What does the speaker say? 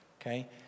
Okay